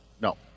No